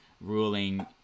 ruling